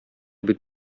бит